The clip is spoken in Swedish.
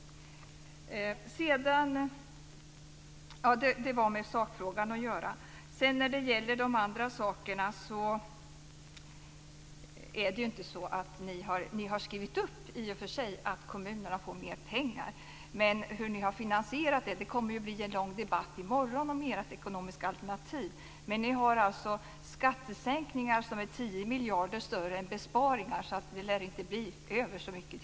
Så långt sakfrågan. När det gäller de andra sakerna är det ju inte så att ni har skrivit att kommunerna får mera pengar. I fråga om hur ni har finansierat det kommer det ju i morgon att bli en lång debatt om ert ekonomiska alternativ. Ni har alltså skattesänkningar som med 10 miljarder överstiger besparingarna så det lär inte bli så mycket över till kommunerna.